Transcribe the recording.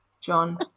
John